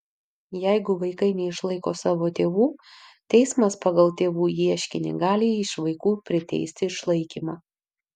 jeigu vaikai neišlaiko savo tėvų teismas pagal tėvų ieškinį gali iš vaikų priteisti išlaikymą